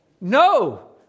no